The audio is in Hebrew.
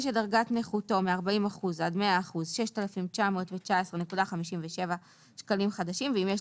שדרגת נכותו מ-40 אחוזים עד 100 אחוזים- 6,919.57 שקלים ואם יש